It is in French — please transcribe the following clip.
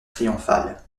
triomphale